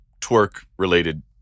twerk-related